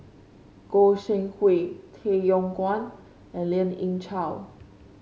Goi Seng Hui Tay Yong Kwang and Lien Ying Chow